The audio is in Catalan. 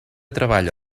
treballa